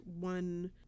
one